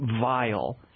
vile